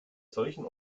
solchen